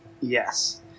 Yes